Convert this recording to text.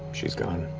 she's gone.